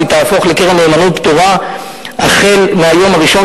והיא תהפוך לקרן נאמנות פטורה החל מהיום הראשון